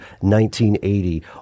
1980